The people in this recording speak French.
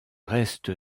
reste